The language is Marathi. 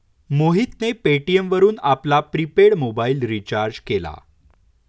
मोहितने पेटीएम वरून आपला प्रिपेड मोबाइल रिचार्ज केला